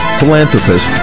philanthropist